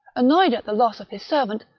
annoyed at the loss of his servant,